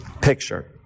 picture